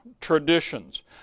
traditions